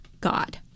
God